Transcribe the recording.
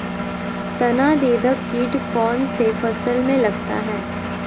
तनाछेदक किट कौन सी फसल में लगता है?